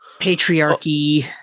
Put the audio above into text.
patriarchy